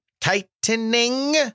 tightening